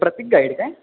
प्रतीक guide काय